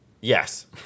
Yes